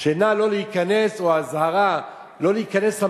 של "נא לא להיכנס" או אזהרה לא להיכנס למקום,